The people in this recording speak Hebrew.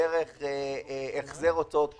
דרך החזר הוצאות קבועות,